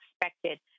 expected